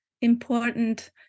important